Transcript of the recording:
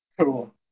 Cool